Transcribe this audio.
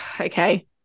okay